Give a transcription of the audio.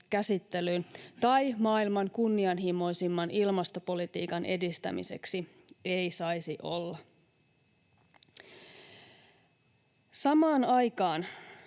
tai maailman kunnianhimoisimman ilmastopolitiikan edistämiseen ei saisi olla. Samaan aikaan